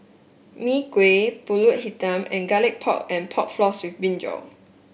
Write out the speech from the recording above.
Mee Kuah pulut hitam and Garlic Pork and Pork Floss with brinjal